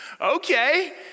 Okay